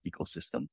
ecosystem